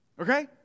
Okay